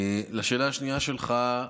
לשאלה השנייה שלך,